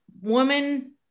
woman